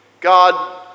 God